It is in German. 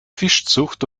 fischzucht